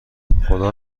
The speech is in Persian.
خدا